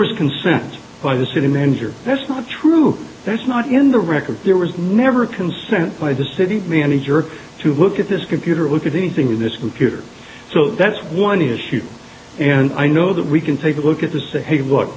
was consent by the city manager that's not true that's not in the record there was never consent by the city manager to look at this computer look at anything in this computer so that's one issue and i know that we can take a look at the say hey look